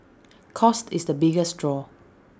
cost is the biggest draw